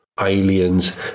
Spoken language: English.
aliens